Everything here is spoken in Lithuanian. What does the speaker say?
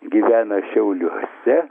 gyvena šiauliuose